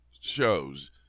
shows